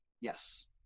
Yes